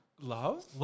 Love